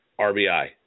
RBI